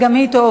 שתי הצעות.